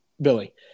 billy